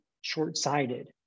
short-sighted